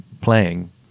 playing